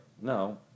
No